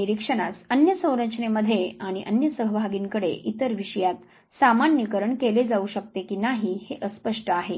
आणि निरीक्षणास अन्य संरचनेमध्ये आणि अन्य सहभागींकडे इतर विषयांत सामान्यीकरण केले जाऊ शकते की नाही हे अस्पष्ट आहे